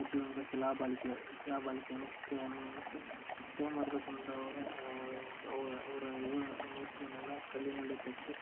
ಕೆತ್ತಿದಂಥ ಶಿಲಾಬಾಲಿಕೆ ಶಿಲಾಬಾಲಿಕೆಯ ನೃತ್ಯಯನ್ನ ಮತ್ತ ನೃತ್ಯ ಮಾಡ್ತಕ್ಕಂಥವ್ರ ಅವ ಅವ್ರ ಇವ್ರ ಮೂರ್ತಿಗಳನ್ನೆಲ್ಲ ಕಲ್ಲಿನಲ್ಲಿ ಕೆತ್ತಿ